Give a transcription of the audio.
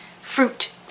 fruit